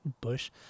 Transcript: Bush